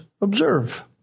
observe